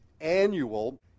annual